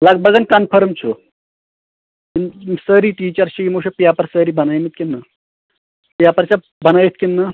لَگ بَگن کَنفٔرٕم چھُ یِم سٲری ٹیٖچر چھِ یِمو چھا پیپَر سٲری بَنٲمتۍ کِنہٕ نہٕ پیپَر چھا بنٲیِتھ کِنہٕ نہٕ